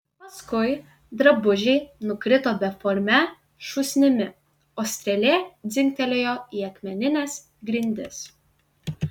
paskui drabužiai nukrito beforme šūsnimi o strėlė dzingtelėjo į akmenines grindis